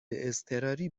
اضطراری